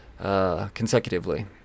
consecutively